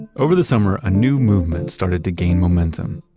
over the summer, a new movement started to gain momentum.